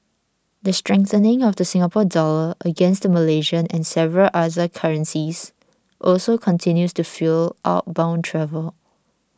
the strengthening of the Singapore Dollar against the Malaysian and several other currencies also continues to fuel outbound travel